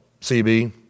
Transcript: CB